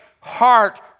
heart